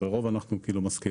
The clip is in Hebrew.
לרוב אנחנו מסכימים.